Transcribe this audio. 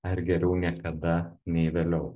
ar geriau niekada nei vėliau